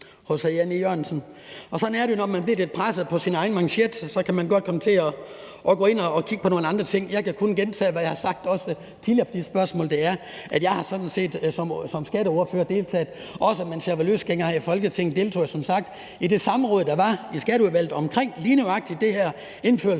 Og sådan er det jo, når man bliver lidt stødt på sine egne manchetter. Så kan man godt komme til at gå ind og kigge på nogle andre ting. Jeg kan kun gentage, hvad jeg også tidligere har sagt om de spørgsmål, og det er, at jeg sådan set som skatteordfører, og også, mens jeg var løsgænger her i Folketinget, har deltaget i det samråd, der var i Skatteudvalget omkring lige nøjagtig det her med indførelse